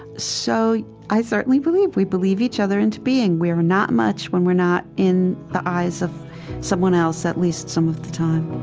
so, yeah, i certainly believe we believe each other into being. we're not much when we're not in the eyes of someone else at least some of the time